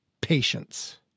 patience